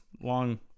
long